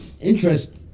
interest